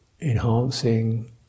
enhancing